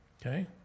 Okay